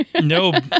No